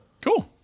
Cool